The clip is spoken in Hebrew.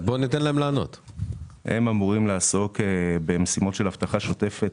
הם אמורים לעסוק במשימות של אבטחה שוטפת,